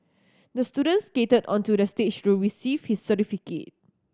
the student skated onto the stage to receive his certificate